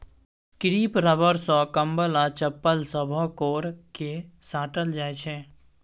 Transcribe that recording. crepe rubber सँ कंबल आ चप्पल सभक कोर केँ साटल जाइ छै